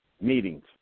meetings